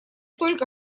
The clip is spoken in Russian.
только